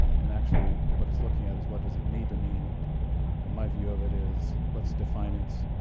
and actually what it's looking at is what does it need to mean? and my view of it is, let's define it,